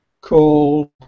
called